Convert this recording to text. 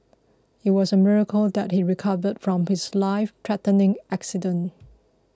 it was a miracle that he recovered from his lifethreatening accident